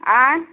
आँय